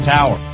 Tower